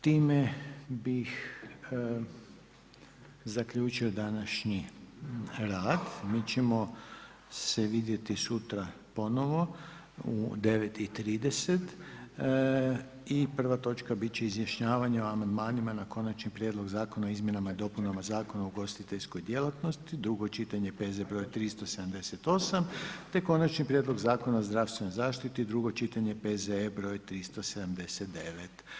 Time bih zaključio današnji rad, mi ćemo se vidjeti sutra ponovno u 9 i 30 i prva točka bit će Izjašnjavanje o amandmanima na Konačni prijedlog zakona o izmjenama i dopunama Zakona o ugostiteljskoj djelatnosti, drugo čitanje, P.Z. br. 378 te Konačni prijedlog Zakona o zdravstvenoj zaštiti, drugo čitanje, P.Z.E. br. 379.